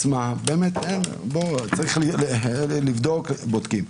צריך לבדוק בודקים.